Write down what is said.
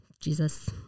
Jesus